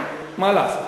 מה לעשות.